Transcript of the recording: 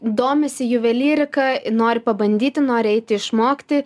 domisi juvelyrika nori pabandyti nori eiti išmokti